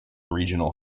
regional